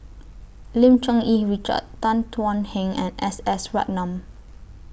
Lim Cherng Yih Richard Tan Thuan Heng and S S Ratnam